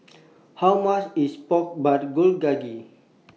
How much IS Pork Bulgogi